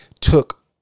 took